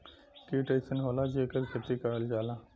कीट अइसन होला जेकर खेती करल जाला